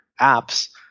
apps